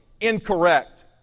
incorrect